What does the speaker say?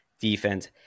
defense